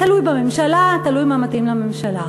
תלוי בממשלה, תלוי מה מתאים לממשלה.